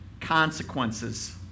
consequences